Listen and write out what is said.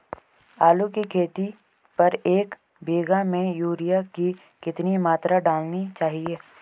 आलू की खेती पर एक बीघा में यूरिया की कितनी मात्रा डालनी चाहिए?